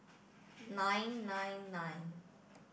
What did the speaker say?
nine nine nine